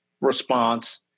response